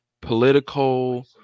political